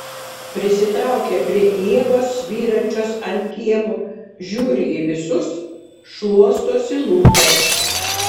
prisitraukia prie ievos svyrančios ant kiemo žiūri į visus šluostosi lūpas